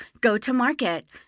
go-to-market